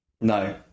No